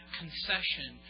concession